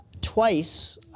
twice